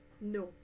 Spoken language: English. no